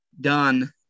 done